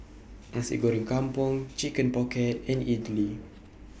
Nasi Goreng Kampung Chicken Pocket and Idly